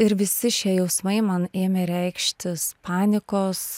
ir visi šie jausmai man ėmė reikštis panikos